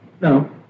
no